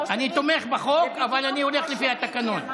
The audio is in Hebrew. אני תומך בחוק, אבל אני הולך לפי התקנון.